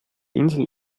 insel